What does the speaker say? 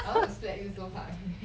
I want to slap you so hard eh